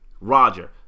Roger